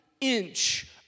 inch